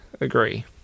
agree